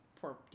poor